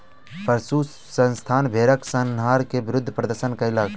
पशु संस्थान भेड़क संहार के विरुद्ध प्रदर्शन कयलक